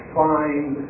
find